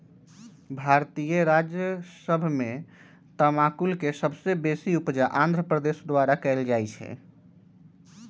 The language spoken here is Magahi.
भारतीय राज्य सभ में तमाकुल के सबसे बेशी उपजा आंध्र प्रदेश द्वारा कएल जाइ छइ